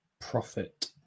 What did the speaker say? profit